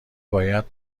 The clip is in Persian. باید